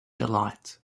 delights